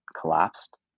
collapsed